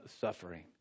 suffering